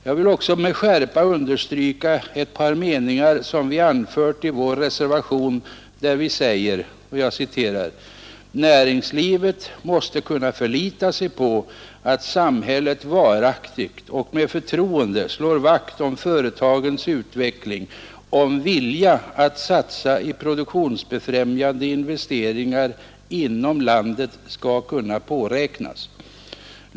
Jag vill också med skärpa understryka ett par meningar som vi anfört i vår reservation, där vi säger: ”Näringslivet måste kunna förlita sig på att samhället varaktigt och med förtroende slår vakt om företagens utveckling, om vilja att satsa i produktionsbefrämjande investeringar inom landet skall kunna påräknas.